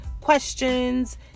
questions